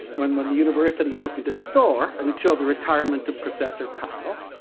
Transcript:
when when the university opened its door until the retirement of professor kyle,